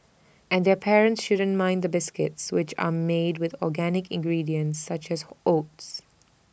and their parents shouldn't mind the biscuits which are made with organic ingredients such as oats